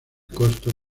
costo